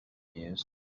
mused